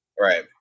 Right